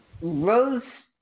Rose